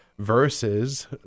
versus